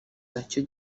nacyo